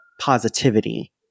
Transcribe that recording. positivity